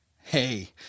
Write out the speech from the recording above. Hey